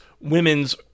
women's